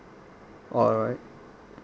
alright